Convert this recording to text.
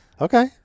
Okay